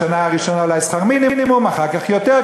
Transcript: בשנה הראשונה אולי שכר מינימום ואחר כך יותר,